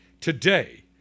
today